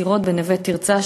הנושא של אסירות ב"נווה תרצה",